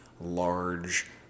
large